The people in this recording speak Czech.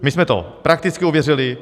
My jsme to prakticky ověřili.